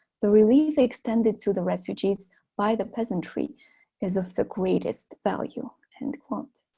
the relief extended to the refugees by the peasantry is of the greatest value. end quote.